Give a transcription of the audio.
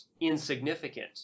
insignificant